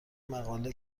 مقاله